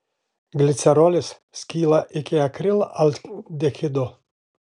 glicerolis skyla iki akrilaldehido